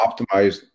optimized